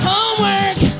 Homework